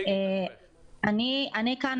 אני כאן